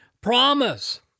promise